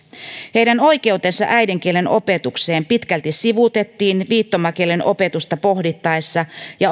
heidän oikeutensa äidinkielen opetukseen pitkälti sivuutettiin viittomakielen opetusta pohdittaessa ja